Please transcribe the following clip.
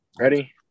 Ready